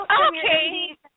Okay